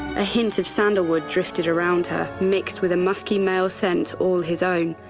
a hint of sandalwood drifted around her, mixed with a musky male scent all his own.